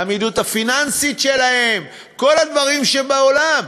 העמידות הפיננסית שלהם, כל הדברים שבעולם,